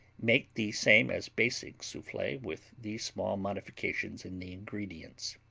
make the same as basic souffle, with these small modifications in the ingredients